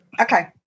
Okay